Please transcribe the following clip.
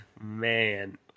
Man